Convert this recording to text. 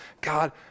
God